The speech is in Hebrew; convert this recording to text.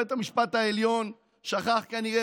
בית המשפט העליון שכח כנראה,